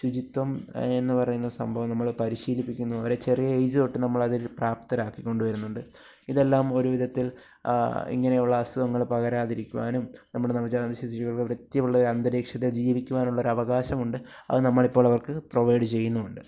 ശുചിത്വം എന്ന് പറയുന്ന സംഭവം നമ്മളെ പരിശീലിപ്പിക്കുന്നു അവരെ ചെറിയ ഏജു തൊട്ട് നമ്മളെയതില് പ്രാപ്തരാക്കിക്കൊണ്ട് വരുന്നുണ്ട് ഇതെല്ലാം ഒരുവിധത്തില് ഇങ്ങനെയുള്ള അസുഖങ്ങൾ പകരാതിരിക്കുവാനും നമ്മുടെ നവജാത ശിശുക്കൾ വൃത്തിയുള്ളൊരന്തരീക്ഷത്തില് ജീവിക്കുവാനുള്ളൊരവകാശമുണ്ട് അത് നമ്മളിപ്പോളവര്ക്ക് പ്രൊവൈഡ് ചെയ്യുന്നുമുണ്ട്